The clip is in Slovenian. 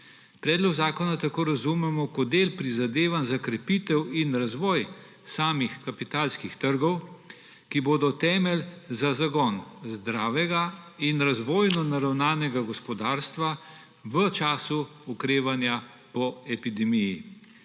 Predlog zakona tako razumemo kot del prizadevanj za krepitev in razvoj samih kapitalskih trgov, ki bodo temelj za zagon zdravega in razvojno naravnanega gospodarstva v času okrevanja po epidemiji.